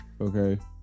Okay